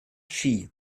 ski